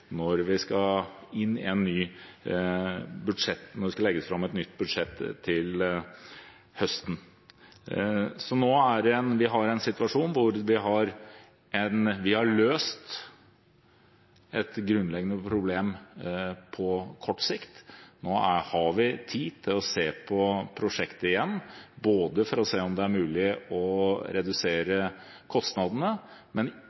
når det skal legges fram et nytt budsjett til høsten. Vi har en situasjon hvor vi har løst et grunnleggende problem på kort sikt. Nå har vi tid til å se på prosjektet igjen for å se om det er mulig å redusere kostnadene, men